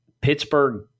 Pittsburgh